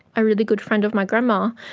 a really good friend of my grandma,